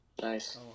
Nice